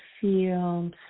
feel